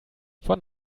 von